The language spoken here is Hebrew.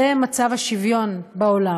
זה מצב השוויון בעולם.